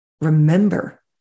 Remember